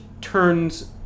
turns